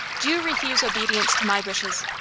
do you refuse obedience to my wishes?